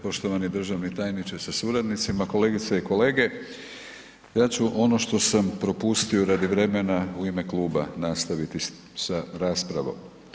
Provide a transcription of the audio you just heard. Poštovani državni tajniče sa suradnicima, kolegice i kolege, ja ću ono što sam propustio radi vremena u ime kluba nastaviti sa raspravom.